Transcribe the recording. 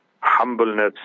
humbleness